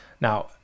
Now